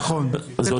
נכון, זה תוספת.